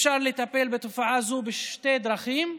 אפשר לטפל בתופעה זו בשתי דרכים: